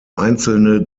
einzelne